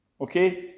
Okay